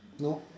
no